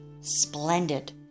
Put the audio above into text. splendid